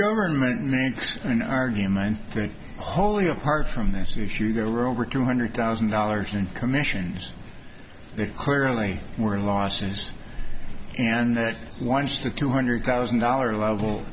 government makes an argument that wholly apart from that if you are over two hundred thousand dollars in commissions that clearly were losses and once the two hundred thousand dollar level